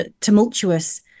tumultuous